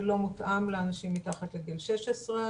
זה לא מותאם לאנשים מתחת לגיל 16,